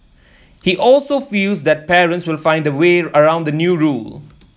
he also feels that parents will find a way around the new rule